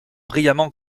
brillamment